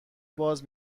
باز